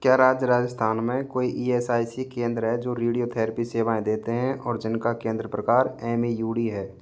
क्या राज्य राजस्थान में कोई ई एस आई सी केंद्र हैं जो रेडियोथेरेपी सेवाएँ देते हैं और जिनका केंद्र प्रकार एम ई यू डी है